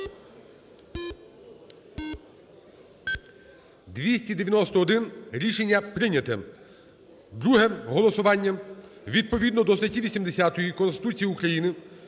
За-291 Рішення прийняте. Друге голосування. Відповідно до статті 80 Конституції України,